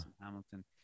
Hamilton